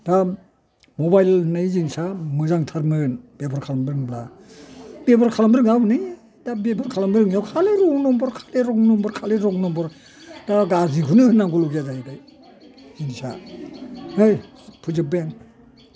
दा मबाइल होननाय जिनिसा मोजां थारमोन बेबहार खालामनो रोंब्ला बेबहार खालामनो रोंङा हनै दा बेबहार खालामनो रोंङिआव खालि रं नाम्बार खालि रं नाम्बार खालि रं नाम्बार दा गाज्रि खौनो होननांगौ लगिया जाहैबाय जिनिसा हैथ फोजोबबाय आं